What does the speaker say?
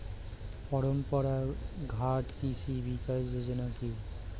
পরম্পরা ঘাত কৃষি বিকাশ যোজনা কি?